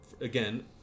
again